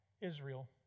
Israel